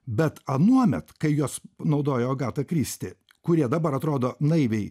bet anuomet kai juos naudojo agata kristi kurie dabar atrodo naiviai